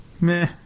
meh